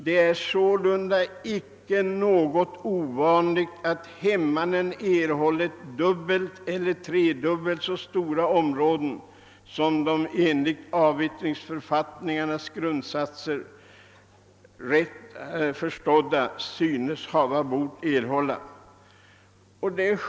Det är sålunda inte något ovanligt att hemmanen erhållit dubbelt eller flerdubbelt så stora områden som de enligt avyttringsförfattningarnas grundsatser rätt förstådda >synes hava bort erhålla».